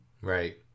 Right